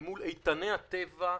אל מול איתני הטבע,